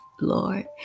Lord